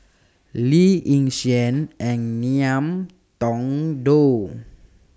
Lee Yi Shyan and Ngiam Tong Dow